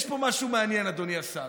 יש פה משהו מעניין, אדוני השר.